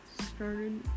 started